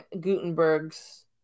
gutenberg's